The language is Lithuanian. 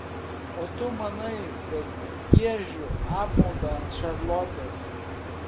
o tu manai kad giežiu apmaudą ant šarlotės